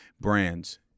brands